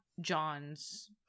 John's